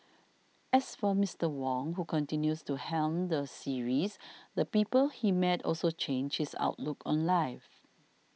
as for Mister Wong who continues to helm the series the people he met also changed his outlook on life